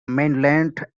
mainland